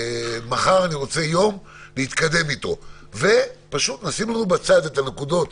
מחר אני רוצה יום להתקדם בו ופשוט נשים בצד את הנקודות